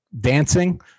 Dancing